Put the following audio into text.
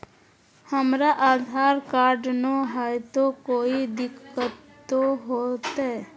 हमरा आधार कार्ड न हय, तो कोइ दिकतो हो तय?